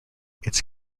its